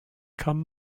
come